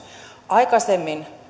aikaisemmin